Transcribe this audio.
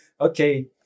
Okay